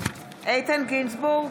איתן גינזבורג,